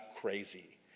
crazy